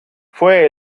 fue